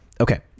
okay